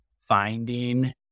finding